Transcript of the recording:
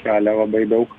kelia labai daug